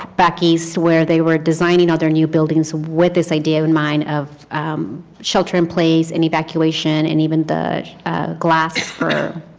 back east where they were designing other new buildings with this idea in mind of a shelter in place and evacuation and even the glass for